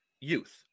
youth